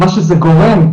מה שזה גורם,